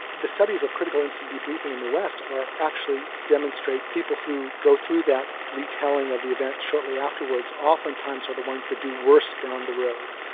the studies of critical incident debriefing in the west actually demonstrate people who go through that retelling of the event shortly afterwards often times are the ones that do worse down the road.